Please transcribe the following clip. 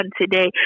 today